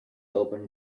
open